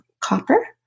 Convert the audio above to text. copper